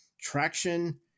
traction